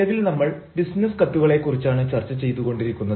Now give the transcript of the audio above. നിലവിൽ നമ്മൾ ബിസിനസ്സ് കത്തുകളെ കുറിച്ചാണ് ചർച്ച ചെയ്തു കൊണ്ടിരിക്കുന്നത്